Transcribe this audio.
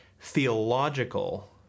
theological